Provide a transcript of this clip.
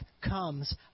comes